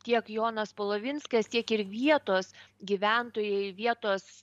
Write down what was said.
tiek jonas polovinskas tiek ir vietos gyventojai vietos